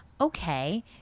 okay